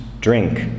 Drink